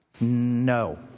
no